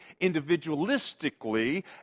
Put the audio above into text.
individualistically